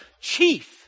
chief